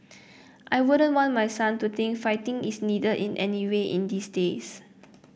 I wouldn't want my son to think fighting is needed in any way in these days